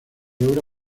obra